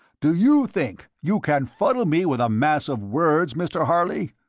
do you think you can fuddle me with a mass of words, mr. harley?